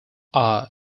are